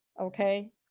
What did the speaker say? okay